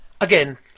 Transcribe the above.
Again